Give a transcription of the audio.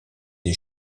des